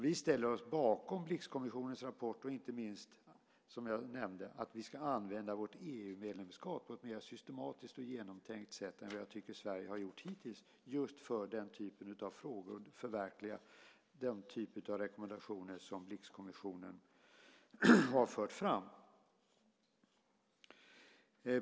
Vi ställer oss bakom Blixkommissionens rapport och inte minst, som jag nämnde, att vi ska använda vårt EU-medlemskap på ett mer systematiskt och genomtänkt sätt än vad Sverige har gjort hittills för den typen av frågor och för att förverkliga den typen av rekommendationer som Blixkommissionen har fört fram.